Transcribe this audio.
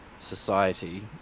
society